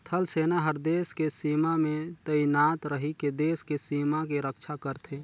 थल सेना हर देस के सीमा में तइनात रहिके देस के सीमा के रक्छा करथे